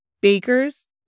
Bakers